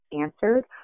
answered